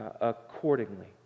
accordingly